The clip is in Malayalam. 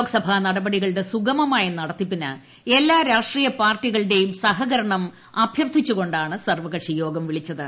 ലോകസഭ നടപടികളുടെ സുഗമമായ നടത്തിപ്പിന് എല്ലാ രാഷ്ട്രീയ പാർട്ടികളുടെയും സഹകരണം അഭ്യർത്ഥിച്ചുകൊണ്ടാണ് സർവ്വകക്ഷിയോഗം വിളിച്ചത്